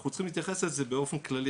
אנחנו צריכים להתייחס לזה באופן כללי,